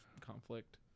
conflict